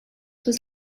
was